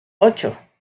ocho